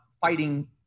fighting